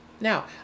Now